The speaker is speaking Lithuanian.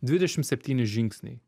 dvidešim septyni žingsniai